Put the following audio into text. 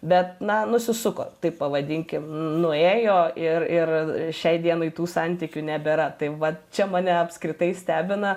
bet na nusisuko taip pavadinkim nuėjo ir ir šiai dienai tų santykių nebėra tai vat čia mane apskritai stebina